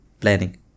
Planning